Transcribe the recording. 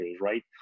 right